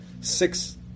six